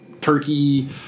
Turkey